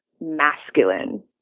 masculine